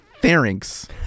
pharynx